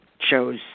shows